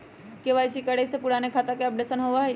KYC करें से पुराने खाता के अपडेशन होवेई?